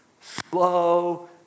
slow